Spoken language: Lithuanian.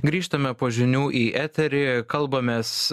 grįžtame po žinių į eterį kalbamės